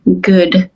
good